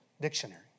dictionary